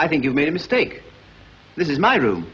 i think you made a mistake this is my room